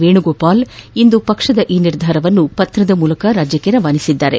ವೇಣುಗೋಪಾಲ್ ಇಂದು ಪಕ್ಷದ ಈ ನಿರ್ಧಾರವನ್ನು ಪತ್ರದ ಮೂಲಕ ರಾಜ್ಯಕ್ಕೆ ರವಾನಿಸಿದ್ದಾರೆ